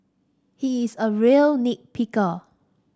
he is a real nit picker